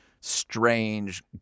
strange